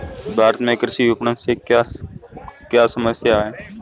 भारत में कृषि विपणन से क्या क्या समस्या हैं?